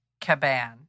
Caban